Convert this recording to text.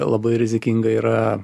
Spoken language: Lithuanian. labai rizikinga yra